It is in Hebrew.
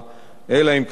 אלא אם קבע אחרת.